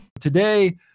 Today